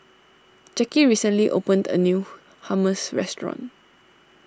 Jackie recently opened a new Hummus restaurant